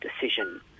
decision